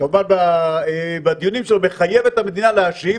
כמובן בדיונים שלו מחייב את המדינה להשיב,